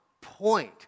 point